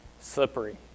slippery